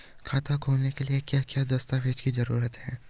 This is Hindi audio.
खाता खोलने के लिए क्या क्या दस्तावेज़ की जरूरत है?